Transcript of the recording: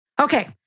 Okay